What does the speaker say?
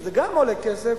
שזה גם עולה כסף,